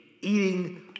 eating